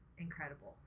incredible